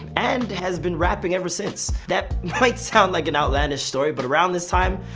and has been rapping ever since. that might sound like an outlandish story, but around this time,